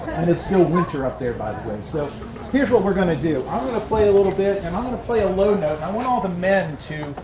and it's still winter up there, by the way. so here's what we're gonna do. i'm gonna play a little bit and i'm gonna play a low note and i want all the men to